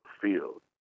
field